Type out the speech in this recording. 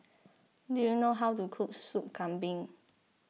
do you know how to cook Soup Kambing